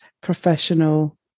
professional